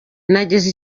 nageze